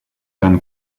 can